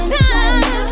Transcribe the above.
time